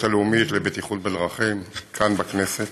הלאומית לבטיחות בדרכים כאן בכנסת.